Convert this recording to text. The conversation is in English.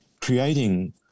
creating